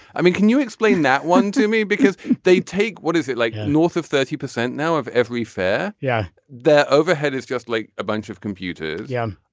i mean can you explain that one to me because they take is it like north of thirty percent now of every fair. yeah the overhead is just like a bunch of computers. yeah.